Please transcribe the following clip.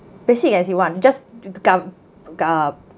basic as you want just ga~ gov~